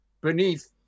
beneath